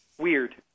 weird